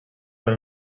van